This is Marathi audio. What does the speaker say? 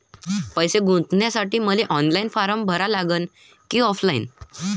पैसे गुंतन्यासाठी मले ऑनलाईन फारम भरा लागन की ऑफलाईन?